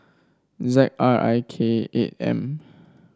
Z R I K eight M